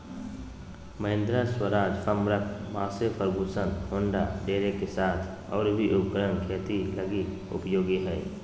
Mahindra, Swaraj, Farmtrac, Massey Ferguson John Deere के साथ और भी उपकरण खेती लगी उपयोगी हइ